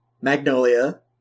Magnolia